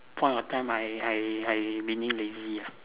point of time I I I really lazy